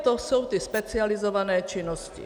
To jsou ty specializované činnosti.